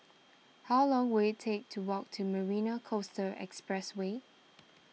how long will it take to walk to Marina Coastal Expressway